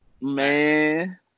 Man